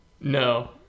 No